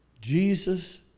Jesus